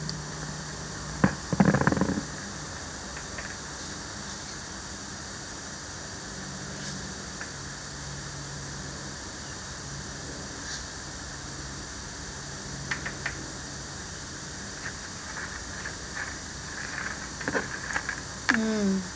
mm